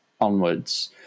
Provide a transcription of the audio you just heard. onwards